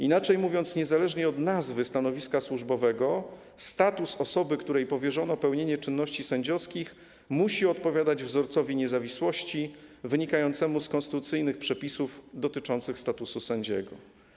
Inaczej mówiąc, niezależnie od nazwy stanowiska służbowego status osoby, której powierzono pełnienie czynności sędziowskich, musi odpowiadać wzorcowi niezawisłości wynikającemu z konstytucyjnych przepisów dotyczących statusu sędziego.